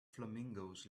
flamingos